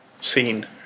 scene